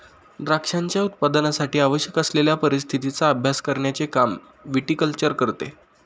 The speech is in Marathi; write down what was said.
द्राक्षांच्या उत्पादनासाठी आवश्यक असलेल्या परिस्थितीचा अभ्यास करण्याचे काम विटीकल्चर करते